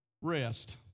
rest